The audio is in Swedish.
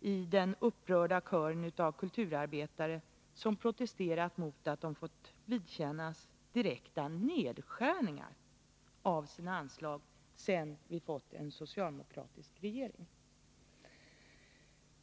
i den upprörda kören av kulturarbetare som protesterar mot att de fått vidkännas direkta nedskärningar av sina anslag sedan vi fått en socialdemokratisk regering.